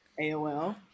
AOL